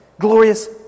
glorious